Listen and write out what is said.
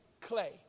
clay